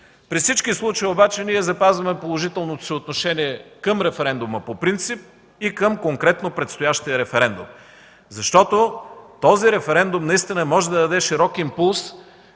При всички случаи обаче ние запазваме положителното си отношение към референдума по принцип и към конкретно предстоящия референдум. Защото този референдум може да даде широк импулс,